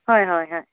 হয় হয় হয়